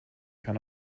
kann